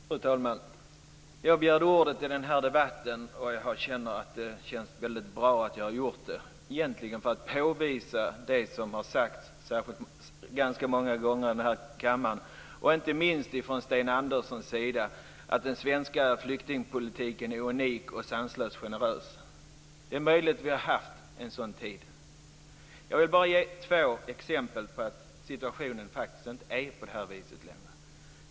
Fru talman! Jag begärde ordet i den här debatten, och det känns väldigt bra att jag har gjort det. Jag gjorde det egentligen för att påvisa det som har sagts ganska många gånger i kammaren, inte minst från Sten Andersson, att den svenska flyktingpolitiken är unik och sanslöst generös. Det är möjligt att vi har haft en sådan tid. Jag vill bara ge två exempel på att situationen inte är sådan längre.